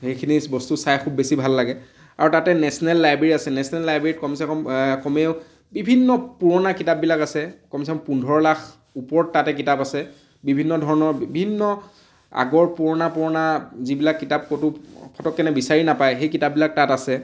সেইখিনি বস্তু চাই খুব বেছি ভাল লাগে আৰু তাতে নেচনেল লাইব্ৰেৰী আছে নেচনেল লাইব্ৰেৰীত কমচে কম ক'মেও বিভিন্ন পুৰণা কিতাপবিলাক আছে কমচেকম পোন্ধৰ লাখ ওপৰত তাতে কিতাপ আছে বিভিন্ন ধৰণৰ বিভিন্ন আগৰ পুৰণা পুৰণা যিবিলাক কিতাপ ক'তো ফটকেনে বিচাৰি নাপায় সেই কিতাপবিলাক তাত আছে